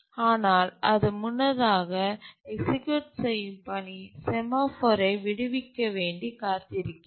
ஆனால் அது முன்னதாக எக்சீக்யூட் செய்யும் பணி செமாஃபோரை விடுவிக்க வேண்டி காத்திருக்கிறது